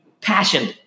passion